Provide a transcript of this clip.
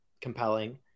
compelling